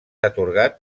atorgat